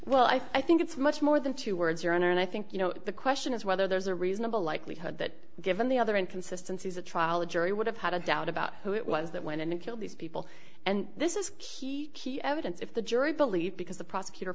well i think it's much more than two words your honor and i think you know the question is whether there's a reasonable likelihood that given the other inconsistency the trial a jury would have had a doubt about who it was that went and killed these people and this is key evidence if the jury believes because the prosecutor